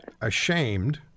ashamed